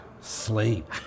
Sleep